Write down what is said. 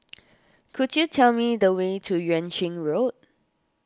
could you tell me the way to Yuan Ching Road